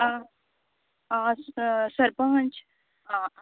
आ हय हय सरपंच